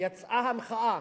יצאה המחאה.